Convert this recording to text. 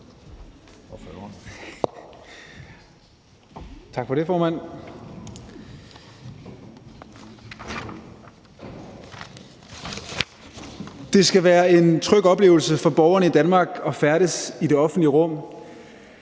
Det skal være en tryg oplevelse for borgerne i Danmark at færdes i det offentlige rum,